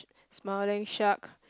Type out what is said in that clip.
smiling shark